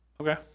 okay